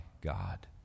God